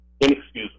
inexcusable